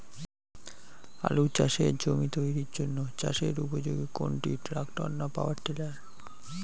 আলু চাষের জমি তৈরির জন্য চাষের উপযোগী কোনটি ট্রাক্টর না পাওয়ার টিলার?